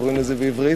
קוראים לזה בעברית.